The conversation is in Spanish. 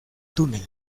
túnel